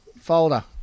folder